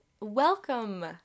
welcome